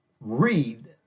read